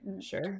Sure